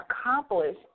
accomplish